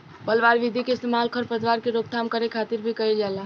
पलवार विधि के इस्तेमाल खर पतवार के रोकथाम करे खातिर भी कइल जाला